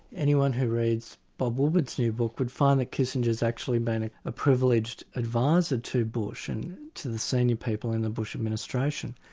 anyone who reads bob woodward's new book would find that kissinger's actually been a privileged advisor to bush and to the senior people in the bush administration.